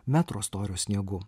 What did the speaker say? metro storio sniegu